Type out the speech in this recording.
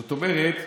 זאת אומרת,